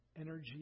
energy